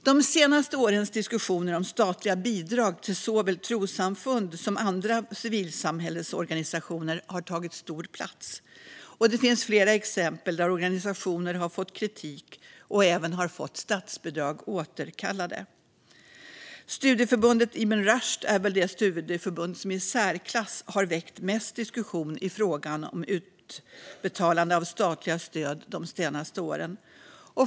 De senaste årens diskussioner om statliga bidrag till såväl trossamfund som andra civilsamhällesorganisationer har tagit stor plats. Det finns flera exempel där organisationer har fått kritik - och även exempel där de fått statsbidrag återkallade. Studieförbundet Ibn Rushd är väl det studieförbund som i särklass har väckt mest diskussion i frågan om utbetalande av statliga stöd de senaste åren.